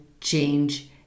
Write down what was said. change